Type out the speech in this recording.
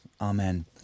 Amen